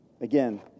Again